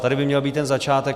Tady by měl být ten začátek.